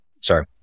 sorry